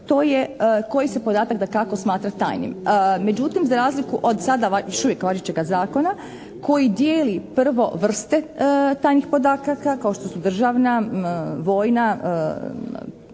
to je koji se podatak dakako smatra tajnim. Međutim za razliku od sada još uvijek važećega zakona koji dijeli prvo vrste tajnih podataka kao što su državna, vojna,